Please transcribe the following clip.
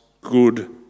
good